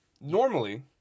normally